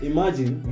Imagine